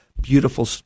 beautiful